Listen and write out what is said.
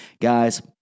Guys